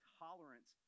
tolerance